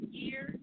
year